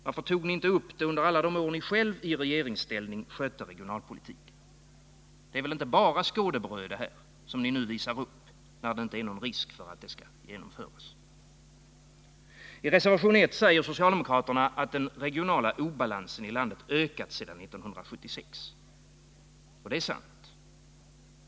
Varför tog ni inte upp det under alla de år ni själva i regeringsställning skötte regionalpolitiken? Det är väl inte bara skådebröd som ni nu visar upp, när det inte är någon risk för att det skall genomföras? I reservation 1 säger socialdemokraterna att den regionala obalansen i landet ökat sedan 1976. Det är sant.